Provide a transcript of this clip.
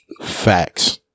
facts